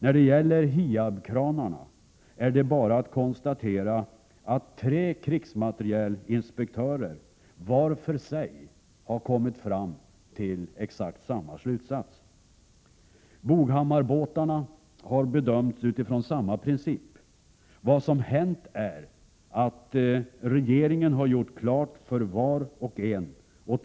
När det gäller HIAB-kranarna är det bara att konstatera att tre krigsmaterielinspektörer var för sig kommit fram till exakt samma slutsats. Boghammarbåtarna har bedömts utifrån samma princip. Vad som hänt är att regeringen har gjort klart för envar inkl.